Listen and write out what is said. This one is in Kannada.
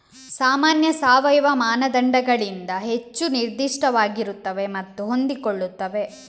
ಸಾಮಾನ್ಯ ಸಾವಯವ ಮಾನದಂಡಗಳಿಗಿಂತ ಹೆಚ್ಚು ನಿರ್ದಿಷ್ಟವಾಗಿರುತ್ತವೆ ಮತ್ತು ಹೊಂದಿಕೊಳ್ಳುತ್ತವೆ